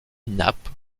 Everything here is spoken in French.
nappe